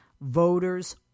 voters